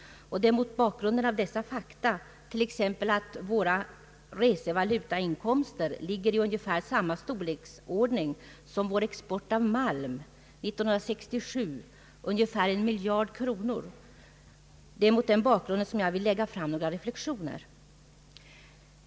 Det är mot bakgrund av dessa fakta, t.ex. att våra resevalutainkomster är av ungefär samma storleksordning som vår export av malm — år 1967 drygt 1 miljard kronor — som jag vill göra några reflexioner.